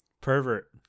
Pervert